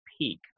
peak